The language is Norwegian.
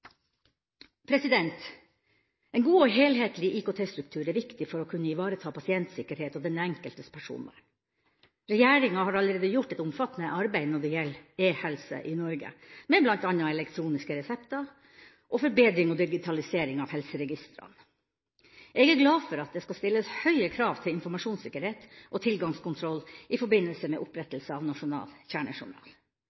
En god og helhetlig IKT-struktur er viktig for å kunne ivareta pasientsikkerhet og den enkeltes personvern. Regjeringa har allerede gjort et omfattende arbeid når det gjelder e-helse i Norge, med bl.a. elektroniske resepter, samt forbedring og digitalisering av helseregistrene. Jeg er glad for at det skal stilles høye krav til informasjonssikkerhet og tilgangskontroll i forbindelse med